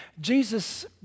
Jesus